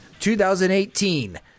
2018